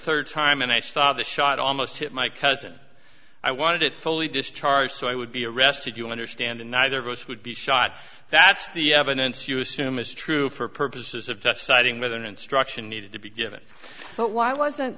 third time and i thought the shot almost hit my cousin i wanted it fully discharged so i would be arrested you understand and neither of us would be shot that's the evidence you assume is true for purposes of just siding with an instruction needed to be given but why wasn't